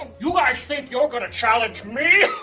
and you ah guys think you're gonna challenge me?